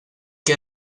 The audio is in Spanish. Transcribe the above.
que